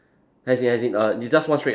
as in as in err it just one straight line